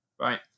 right